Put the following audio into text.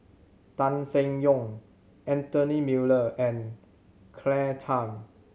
Tan Seng Yong Anthony Miller and Claire Tham